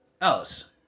else